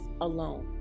alone